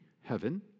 heaven